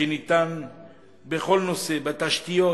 שניתן בכל נושא, בתשתיות,